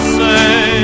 say